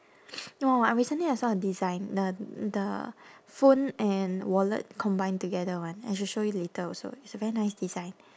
no I recently I saw a design the the phone and wallet combined together [one] I should show you later also it's a very nice design